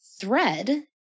thread